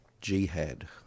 Jihad